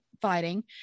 fighting